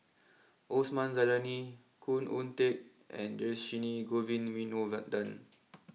Osman Zailani Khoo Oon Teik and Dhershini Govin Winodan